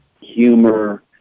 humor